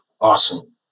Awesome